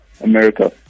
America